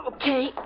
Okay